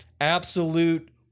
Absolute